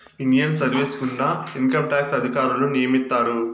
Indian service గుండా income tax అధికారులను నియమిత్తారు